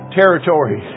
territory